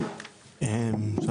בבקשה.